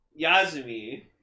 Yazumi